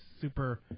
super